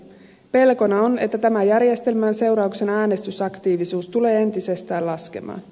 pelkona on että tämän järjestelmän seurauksena äänestysaktiivisuus tulee entisestään laskemaan